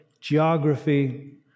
geography